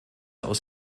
aus